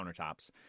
countertops